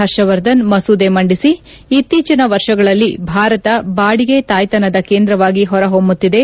ಪರ್ಷವರ್ಧನ್ ಮಸೂದೆ ಮಂಡಿಸಿ ಇತ್ತೀಚಿನ ವರ್ಷಗಳಲ್ಲಿ ಭಾರತ ಬಾಡಿಗೆ ತಾಯ್ತನದ ಕೇಂದ್ರವಾಗಿ ಹೊರಹೊಮ್ಮುತ್ತಿದೆ